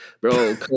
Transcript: Bro